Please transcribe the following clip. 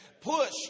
Push